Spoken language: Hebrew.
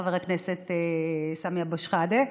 חבר הכנסת סמי אבו שחאדה,